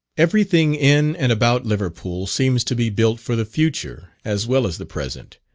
every thing in and about liverpool seems to be built for the future as well as the present.